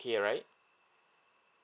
right